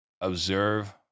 observe